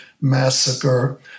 massacre